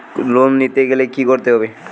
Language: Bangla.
লোন নিতে গেলে কি করতে হবে?